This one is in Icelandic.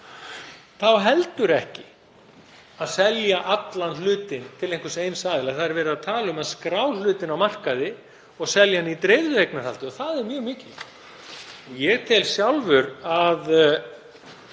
á heldur ekki að selja allan hlutinn til einhvers eins aðila. Það er verið að tala um að skrá hlutina á markaði og selja í dreifðu eignarhaldi og það er mjög mikilvægt. Ég tel sjálfur að